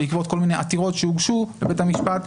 בעקבות כל מיני עתירות שהוגשו לבית המשפט,